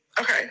okay